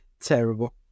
Terrible